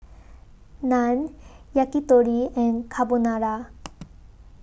Naan Yakitori and Carbonara